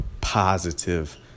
positive